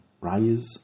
rise